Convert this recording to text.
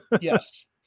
Yes